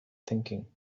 thinking